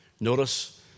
Notice